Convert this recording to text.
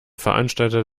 veranstalter